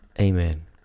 Amen